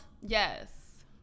Yes